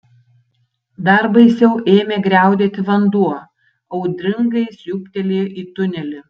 dar baisiau ėmė griaudėti vanduo audringai siūbtelėjo į tunelį